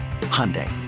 Hyundai